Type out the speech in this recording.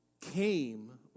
came